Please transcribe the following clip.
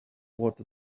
what